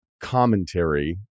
commentary